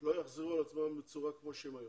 לא יחזרו על עצמם כפי שהם היום.